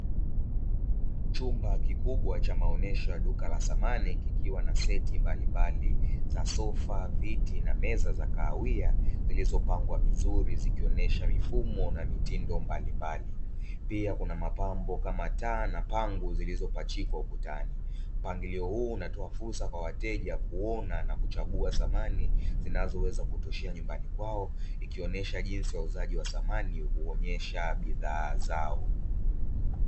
Chumba kikubwa cha maonesho ya duka la samani kikiwa na seti mbalimbali za sofa, viti, na meza za kahawia zilizopangwa vizuri zikionesha mifumo na mitindo mbalimbali, pia kuna mapambo kama taa na pangu zilizopachikwa ukutani, mpangilio huu unatoa fursa kwa wateja kuona na kuchagua samani zinazoweza kutoshea nyumbani kwao ikionyesha jinsi ya uuzaji wa samani huonyesha bidhaa zao.